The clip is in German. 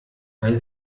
weil